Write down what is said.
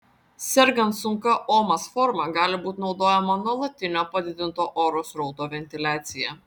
sergant sunkia omas forma gali būti naudojama nuolatinio padidinto oro srauto ventiliacija